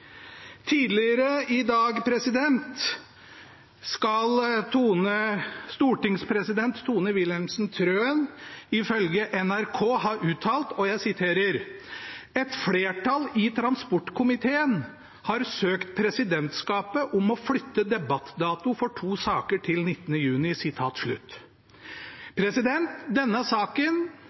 Tidligere i dag skal stortingspresident Tone Wilhelmsen Trøen ifølge NRK ha uttalt: «Et flertall i transportkomiteen har søkt presidentskapet om å flytte debattdato for to saker til 19. juni.» Denne saken